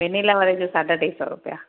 vanilla वारे जो साढा टे सौ रुपया